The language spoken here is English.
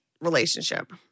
relationship